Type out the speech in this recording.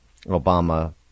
Obama